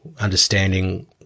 understanding